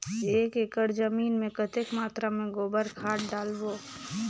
एक एकड़ जमीन मे कतेक मात्रा मे गोबर खाद डालबो?